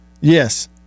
Yes